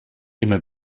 immer